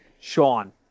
Sean